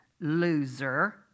loser